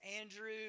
Andrew